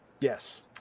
Yes